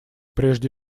прежде